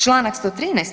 Članak 113.